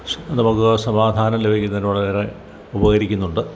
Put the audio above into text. സ് നമുക്ക് സമാധാനം ലഭിക്കുന്നതിനോട് ഏറെ ഉപകരിക്കുന്നുണ്ട്